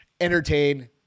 entertain